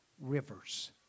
rivers